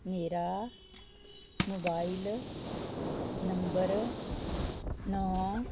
ਮੇਰਾ mobile number ਨੌ